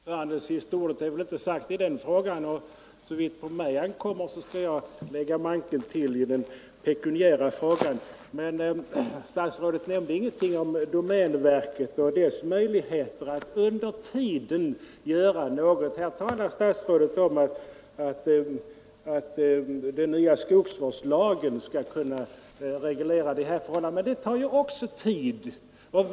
Herr talman! Det sista ordet är väl ännu inte sagt i detta ämne, och rädda rennäringen såvitt på mig ankommer skall jag lägga manken till i den ekonomiska från ekonomisk katastrof Statsrådet nämnde ingenting om domänverket och dess möjligheter att under tiden göra något. Statsrådet talar om att den kommande skogsvårdslagen skall reglera hela fältet, men det tar också sin tid.